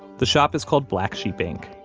the shop is called black sheep ink,